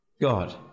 God